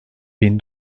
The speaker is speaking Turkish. bin